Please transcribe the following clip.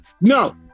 No